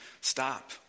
stop